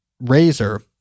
razor